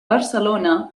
barcelona